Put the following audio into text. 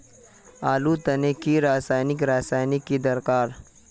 आलूर तने की रासायनिक रासायनिक की दरकार?